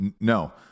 No